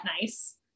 nice